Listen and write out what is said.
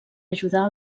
ajudar